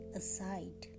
aside